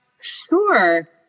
Sure